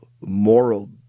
moral